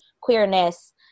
queerness